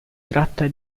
tratta